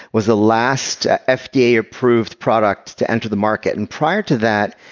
was the last fdaapproved product to enter the market, and prior to that,